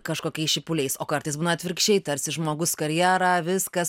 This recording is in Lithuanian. kažkokiais šipuliais o kartais būna atvirkščiai tarsi žmogus karjera viskas